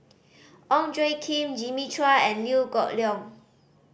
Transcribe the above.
Ong Tjoe Kim Jimmy Chua and Liew Geok Leong